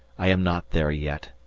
i am not there yet,